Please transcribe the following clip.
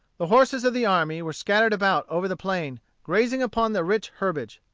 the horses of the army were scattered about over the plain grazing upon the rich herbage.